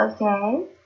Okay